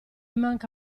manca